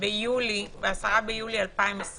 ב-10 ביולי 2020